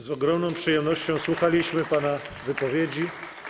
Z ogromną przyjemnością słuchaliśmy pana wypowiedzi.